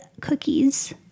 cookies